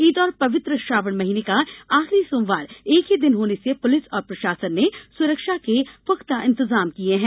ईद और पवित्र श्रावण महीने का आखिरी सोमवार एक ही दिन होने से पुलिस और प्रशासन ने सुरक्षा के पुख्ता इंतजाम किये हैं